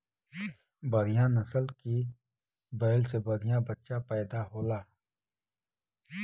बढ़िया नसल के बैल से बढ़िया बच्चा पइदा होला